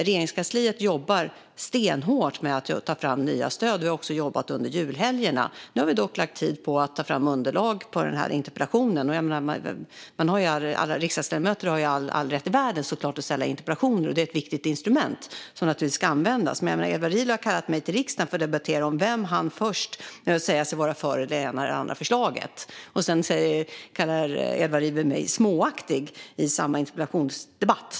Regeringskansliet jobbar stenhårt med att ta fram nya stöd. Vi har också jobbat under julhelgerna. Nu har vi dock lagt tid på att ta fram underlag till denna interpellationsdebatt. Riksdagsledamöter har såklart all rätt i världen att ställa interpellationer. Det är ett viktigt instrument som naturligtvis ska användas. Men Edward Riedl har kallat mig till riksdagen för att debattera om vem som hann först med att säga sig vara för det ena eller det andra förslaget. Sedan kallar Edward Riedl mig småaktig i samma interpellationsdebatt.